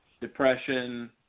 depression